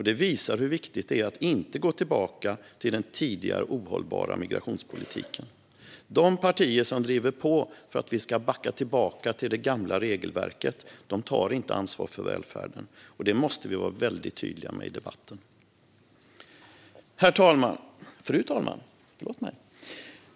Det visar hur viktigt det är att inte gå tillbaka till den tidigare, ohållbara migrationspolitiken. De partier som driver på för att vi ska backa tillbaka till det gamla regelverket tar inte ansvar för välfärden. Det måste vi vara mycket tydliga med i debatten. Fru talman!